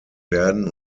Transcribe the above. werden